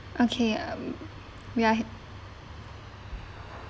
okay um we are